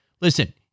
listen